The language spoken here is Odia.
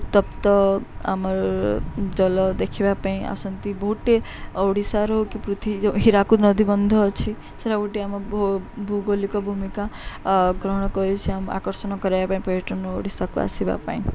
ଉତ୍ତପ୍ତ ଆମର ଜଳ ଦେଖିବା ପାଇଁ ଆସନ୍ତି ବୋଟ୍ଟେ ଓଡ଼ିଶାର କି ଯେଉଁ ହୀରାକୁଦ ନଦୀ ବନ୍ଧ ଅଛି ସେଇଟା ଗୋଟେ ଆମ ଭୌଗୋଳିକ ଭୂମିକା ଗ୍ରହଣ କରି ସେ ଆମ ଆକର୍ଷଣ କରିବା ପାଇଁ ପର୍ଯ୍ୟଟନ ଓଡ଼ିଶାକୁ ଆସିବା ପାଇଁ